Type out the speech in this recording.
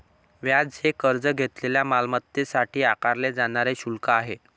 व्याज हे कर्ज घेतलेल्या मालमत्तेसाठी आकारले जाणारे शुल्क आहे